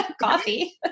coffee